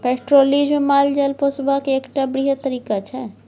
pastoralism माल जाल पोसबाक एकटा बृहत तरीका छै